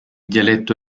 dialetto